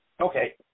Okay